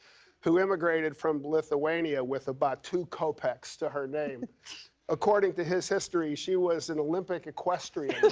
who immigrated from lithuania, with about two kopeks to her name according to his history, she was an olympic equestrian.